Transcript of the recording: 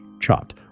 chopped